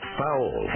foul